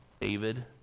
David